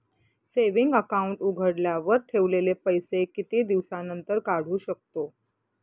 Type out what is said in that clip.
Saving account उघडल्यावर ठेवलेले पैसे किती दिवसानंतर काढू शकतो?